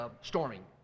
storming